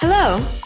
Hello